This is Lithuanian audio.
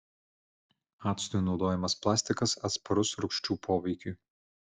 actui naudojamas plastikas atsparus rūgščių poveikiui